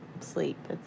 sleep